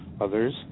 others